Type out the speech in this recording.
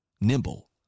nimble